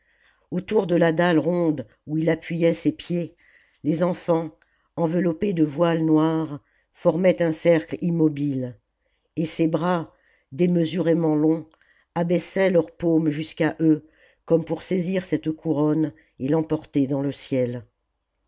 autour de la dalle ronde où il appuyait ses pieds les enfants enveloppés de voiles noirs formaient un cercle immobile et ses bras démesurément longs abaissaient leurs paumes jusqu'à eux comme pour saisir cette couronne et l'emporter dans le ciel